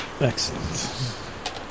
Excellent